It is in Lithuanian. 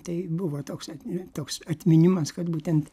tai buvo toks toks atminimas kad būtent